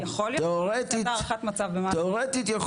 תיאורטית,